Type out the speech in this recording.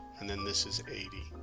and then this is eighty